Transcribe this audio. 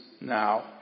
now